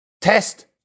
Test